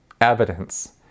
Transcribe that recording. evidence